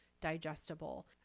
digestible